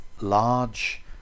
large